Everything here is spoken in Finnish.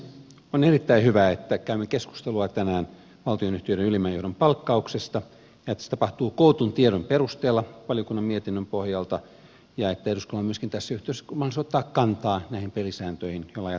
on erittäin hyvä että käymme keskustelua tänään valtionyhtiöiden ylimmän johdon palkkauksesta ja että se tapahtuu kootun tiedon perusteella valiokunnan mietinnön pohjalta ja että eduskunnalla on myöskin tässä yhteydessä mahdollisuus ottaa kantaa näihin pelisääntöihin joilla jatkossa toimitaan